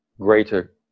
greater